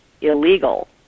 illegal